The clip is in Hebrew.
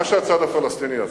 מה שהצד הפלסטיני עשה,